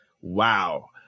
wow